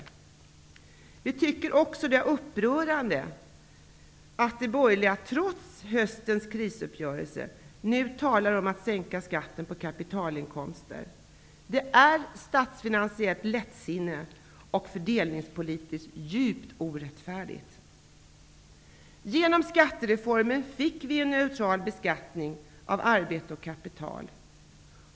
Socialdemokraterna tycker också att det är upprörande att de borgerliga, trots höstens krisuppgörelse, nu talar om att sänka skatten på kapitalinkomster. Det är statsfinansiellt lättsinne och fördelningspolitiskt djupt orättfärdigt. Genom skattereformen fick vi en neutral beskattning av arbete och kapital.